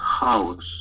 house